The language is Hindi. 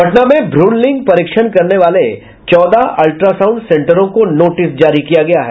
पटना में भ्रूण लिंग परीक्षण करने वाले चौदह अल्ट्रासाउण्ड सेंटरों को नोटिस जारी किया गया है